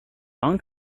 down